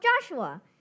Joshua